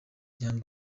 young